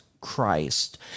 Christ